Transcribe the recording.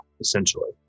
essentially